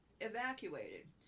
evacuated